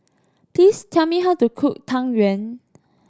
please tell me how to cook Tang Yuen